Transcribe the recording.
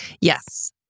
yes